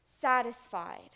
satisfied